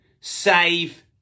save